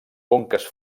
conques